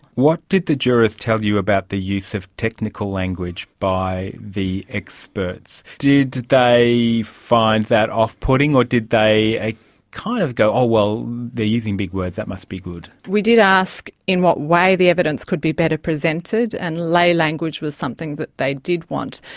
what did the jurors tell you about the use of technical language by the experts? did they find that off-putting or did they ah kind of go, oh well, they are using big words, that must be good'? we did ask in what way the evidence could be better presented, and lay language was something that they did want.